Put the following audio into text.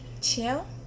chill